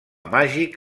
màgic